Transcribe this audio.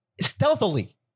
Stealthily